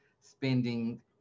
spending